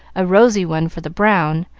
a rosy one for the brown,